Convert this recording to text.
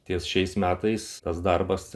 ties šiais metais tas darbas